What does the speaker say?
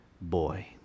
boy